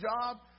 job